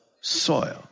soil